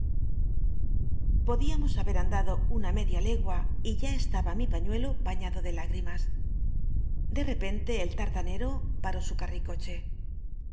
podíamos haber andad o una mcclia legua y ya estaba mi pañuelo baiíado de l igrimas de repente el tartanero paró su